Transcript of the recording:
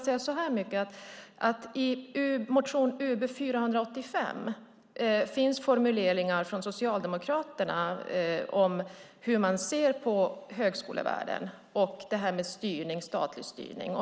I motion Ub485 finns formuleringar från Socialdemokraterna om hur man ser på högskolevärlden och på detta med statlig styrning.